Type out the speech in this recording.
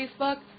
Facebook